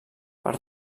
per